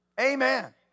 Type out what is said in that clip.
Amen